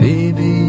Baby